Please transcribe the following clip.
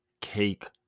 cake